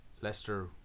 Leicester